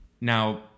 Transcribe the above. Now